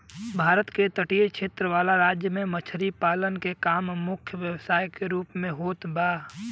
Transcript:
भारत के तटीय क्षेत्र वाला राज्य में मछरी पालन के काम मुख्य व्यवसाय के रूप में होत बा